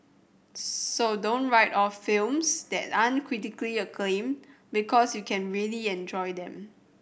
so don't write off films that aren't critically acclaimed because you can really enjoy them